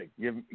Give